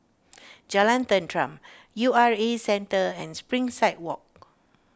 Jalan Tenteram U R A Centre and Springside Walk